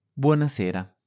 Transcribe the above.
Buonasera